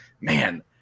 man